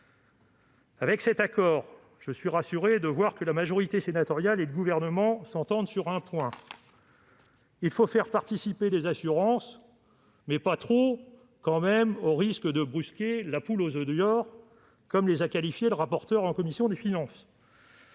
Avec cet accord, je suis rassuré de voir que la majorité sénatoriale et le Gouvernement s'entendent sur un point : il faut faire participer les assurances, mais pas trop quand même, au risque de brusquer la « poule aux oeufs d'or », pour reprendre l'expression employée par le rapporteur devant la commission des finances